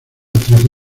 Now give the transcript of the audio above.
trece